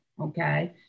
okay